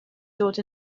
dod